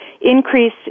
Increase